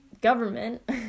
government